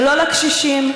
ולא לקשישים,